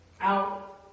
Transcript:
out